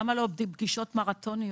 למה לא פגישות מרתוניות?